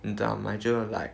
你知道 nigel were like